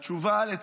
התשובה, לצערי,